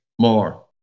more